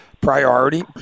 priority